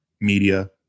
media